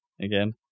Again